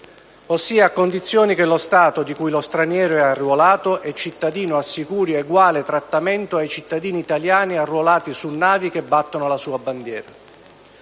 (ossia a condizione che lo Stato di cui lo straniero arruolato è cittadino assicuri eguale trattamento ai cittadini italiani arruolati su navi che battono la sua bandiera).